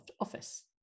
Office